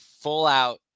full-out